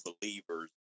believers